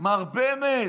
מר בנט,